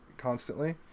constantly